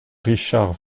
richard